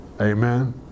Amen